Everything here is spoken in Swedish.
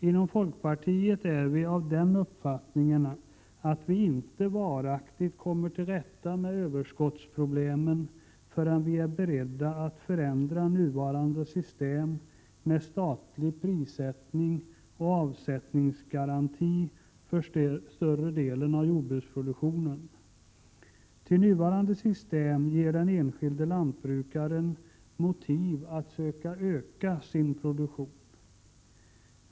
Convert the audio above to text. Inom folkpartiet är vi av den uppfattningen att man inte varaktigt kommer till rätta med överskottsproblemen förrän man är beredd att förändra nuvarande system med statlig prissättning och avsättningsgaranti för större delen av jordbruksproduktionen. Ty nuvarande system ger den enskilde lantbrukaren motiv att söka öka sin produktion.